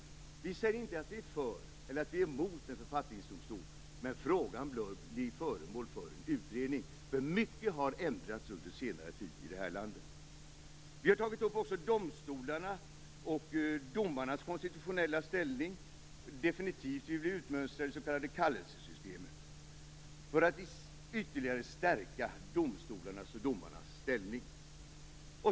Vi moderater säger inte att vi är för eller emot en författningsdomstol, men frågan bör bli föremål för en utredning. Mycket har nämligen ändrats under senare tid i det här landet. Vi har också tagit upp domstolarna och domarnas konstitutionella ställning. Vi vill definitivt utmönstra det s.k. kallelsesystemet för att ytterligare stärka domstolarnas och domarnas ställning.